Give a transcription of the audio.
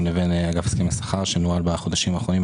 לבין אגף הסכמי שכר שנוהל בחודשים האחרונים,